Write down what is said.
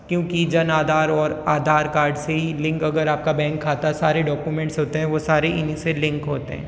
क्योंकि जन आधार और आधार कार्ड से ही लिंक अगर आपका बैंक खाता सारे डाक्यूमेंट्स होते हैं वो सारे इन ही से लिंक होते हैं